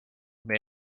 may